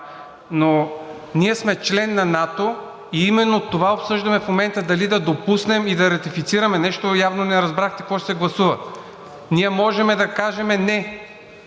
но ние сме член на НАТО и именно това обсъждаме в момента – дали да допуснем и да ратифицираме. Нещо явно не разбрахте какво ще се гласува. Ние можем да кажем не.